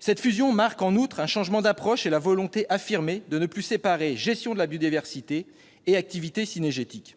Cette fusion marque, en outre, un changement d'approche et la volonté affirmée de ne plus séparer gestion de la biodiversité et activités cynégétiques.